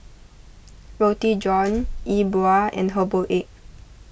Roti John E Bua and Herbal Egg